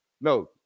No